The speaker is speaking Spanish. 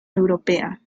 europea